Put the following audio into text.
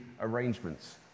arrangements